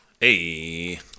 Hey